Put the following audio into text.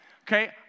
Okay